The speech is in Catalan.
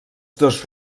dos